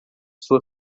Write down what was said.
sua